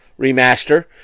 Remaster